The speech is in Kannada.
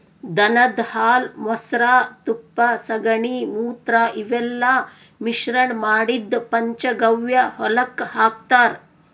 ದನದ್ ಹಾಲ್ ಮೊಸ್ರಾ ತುಪ್ಪ ಸಗಣಿ ಮೂತ್ರ ಇವೆಲ್ಲಾ ಮಿಶ್ರಣ್ ಮಾಡಿದ್ದ್ ಪಂಚಗವ್ಯ ಹೊಲಕ್ಕ್ ಹಾಕ್ತಾರ್